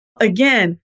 Again